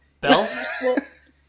Bells